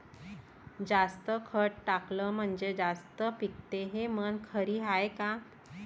जास्त खत टाकलं म्हनजे जास्त पिकते हे म्हन खरी हाये का?